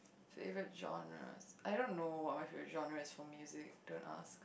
favourite genres I don't know what my favourite genre is for music don't ask